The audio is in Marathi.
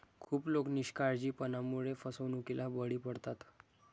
खूप लोक निष्काळजीपणामुळे फसवणुकीला बळी पडतात